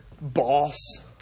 Boss